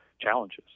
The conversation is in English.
challenges